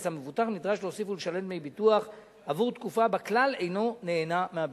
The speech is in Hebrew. נדרש להוסיף ולשלם דמי ביטוח עבור תקופה שבה כלל אינו נהנה מהביטוח.